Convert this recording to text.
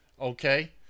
okay